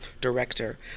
Director